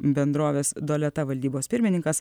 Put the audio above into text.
bendrovės doleta valdybos pirmininkas